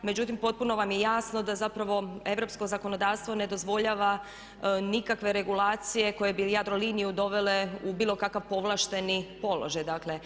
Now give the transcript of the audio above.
Međutim, potpuno vam je jasno da zapravo europsko zakonodavstvo ne dozvoljava nikakve regulacije koje bi Jadroliniju dovele u bilo kakav povlašteni položaj.